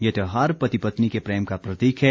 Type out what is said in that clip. ये त्यौहार पति पत्नी के प्रेम का प्रतीक है